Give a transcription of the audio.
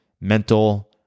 mental